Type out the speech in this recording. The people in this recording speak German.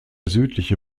südliche